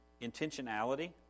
intentionality